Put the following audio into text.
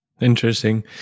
Interesting